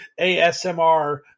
ASMR